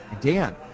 Dan